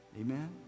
Amen